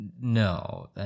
No